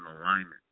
alignment